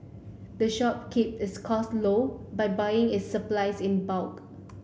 the shop keep its costs low by buying its supplies in bulk